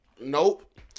Nope